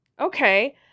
Okay